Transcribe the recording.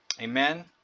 Amen